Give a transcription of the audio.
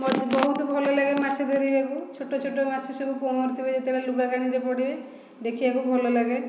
ମୋତେ ବହୁତ ଭଲ ଲାଗେ ମାଛ ଧରିବାକୁ ଛୋଟ ଛୋଟ ମାଛ ସବୁ ପହଁରୁଥିବେ ଯେତେବେଳେ ଲୁଗା କାନିରେ ପଡ଼ିବେ ଦେଖିବାକୁ ଭଲ ଲାଗେ